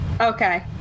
Okay